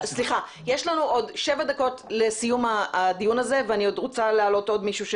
לנו עוד 7 דקות לסיום הדיון הזה ואני רוצה להעלות עוד מישהו.